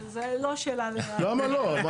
זה לא שאלה --- למה לא?